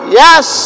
yes